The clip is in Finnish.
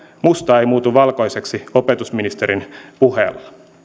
musta ei muutu valkoiseksi opetusministerin puheella